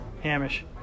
Hamish